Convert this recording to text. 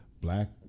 black